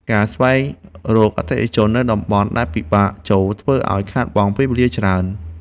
ការស្វែងរកអតិថិជននៅតំបន់ដែលពិបាកចូល ធ្វើឱ្យខាតបង់ពេលវេលាច្រើន។